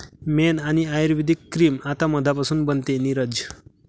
मेण आणि आयुर्वेदिक क्रीम आता मधापासून बनते, नीरज